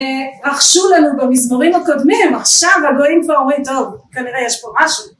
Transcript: ‫רחשו לנו במזמורים הקודמים, ‫עכשיו הגויים כבר אומרים, ‫טוב, כנראה יש פה משהו.